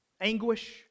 anguish